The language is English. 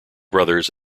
brothers